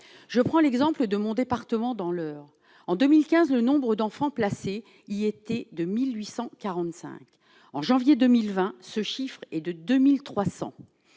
je prends l'exemple de mon département, dans l'Eure en 2015 le nombre d'enfants placés, il était de 1845 en janvier 2020, ce chiffre est de 2300